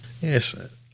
Yes